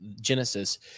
Genesis